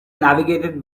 navigated